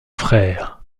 frères